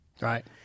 right